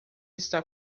está